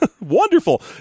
Wonderful